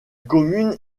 commune